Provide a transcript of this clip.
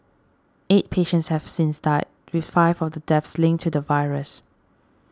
eight patients have since died with five of the deaths linked to the virus